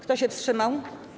Kto się wstrzymał?